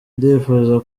ndifuza